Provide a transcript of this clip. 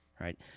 right